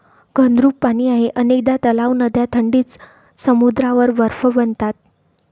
घनरूप पाणी आहे अनेकदा तलाव, नद्या थंडीत समुद्रावर बर्फ बनतात